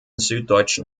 süddeutschen